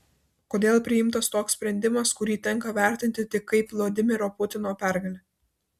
kodėl priimtas toks sprendimas kurį tenka vertinti tik kaip vladimiro putino pergalę